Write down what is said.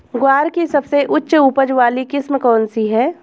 ग्वार की सबसे उच्च उपज वाली किस्म कौनसी है?